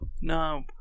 No